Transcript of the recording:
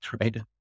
right